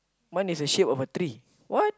one is the shape of a tree what